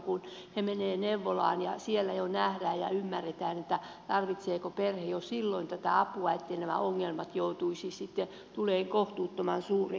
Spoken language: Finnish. kun he menevät neuvolaan siellä jo nähdään ja ymmärretään tarvitseeko perhe jo silloin tätä apua etteivät nämä ongelmat sitten tulisi kohtuuttoman suuriksi